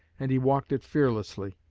and he walked it fearlessly.